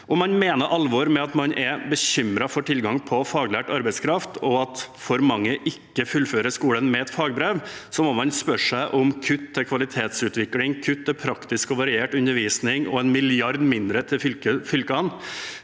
Om man mener alvor med at man er bekymret for tilgang på faglært arbeidskraft, og at for mange ikke fullfører skolen med et fagbrev, må man spørre seg om kutt til kvalitetsutvikling, kutt til praktisk og variert undervisning og 1 mrd. kr mindre til fylkene,